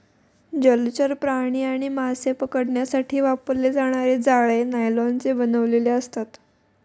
जलचर प्राणी आणि मासे पकडण्यासाठी वापरले जाणारे जाळे नायलॉनचे बनलेले असते